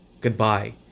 Goodbye